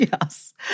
Yes